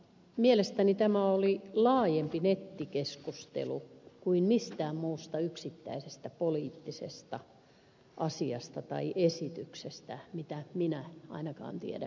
mielestäni tämä oli laajempi nettikeskustelu kuin mistään muusta yksittäisestä poliittisesta asiasta tai esityksestä käyty jonka minä ainakaan tiedän